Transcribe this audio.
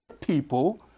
people